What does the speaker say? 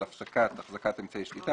על הפסקת החזקת אמצעי שליטה,